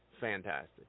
fantastic